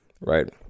right